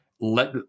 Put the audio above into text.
let